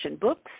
books